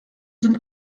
sind